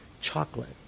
chocolate